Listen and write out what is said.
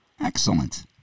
Excellent